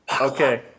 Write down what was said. Okay